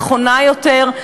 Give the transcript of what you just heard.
נכונה יותר,